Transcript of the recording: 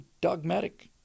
dogmatic